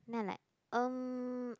then I like um